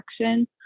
action